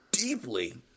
deeply